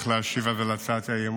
אז אני צריך להשיב על הצעת האי-אמון?